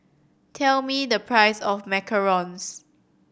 tell me the price of macarons